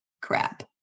crap